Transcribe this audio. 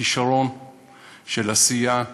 כישרון של עשייה.